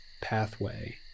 pathway